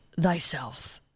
thyself